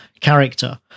character